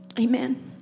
Amen